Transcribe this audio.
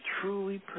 truly